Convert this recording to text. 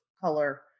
color